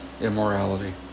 immorality